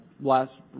last